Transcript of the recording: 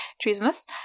treasonous